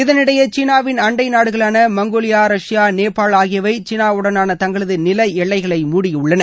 இதனிடையே சீனாவின் அண்டை நாடுகளான மங்கோலியா ரஷ்யா நேபாள் ஆகியவை சீனாவுடனான தங்களது நில எல்லைகளை முடியுள்ளன